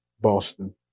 Boston